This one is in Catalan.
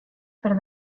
per